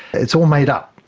it's all made up,